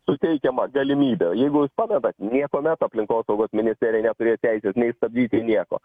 suteikiama galimybė jeigu jūs pamenat niekuomet aplinkosaugos ministerija neturėjo teisės nei stabdyti nieko